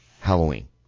Halloween